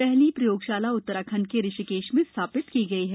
पहली प्रयोगशाला उत्तराखण्ड के ऋषिकेश में स्थापित की गई है